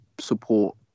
support